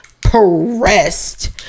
pressed